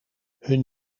hun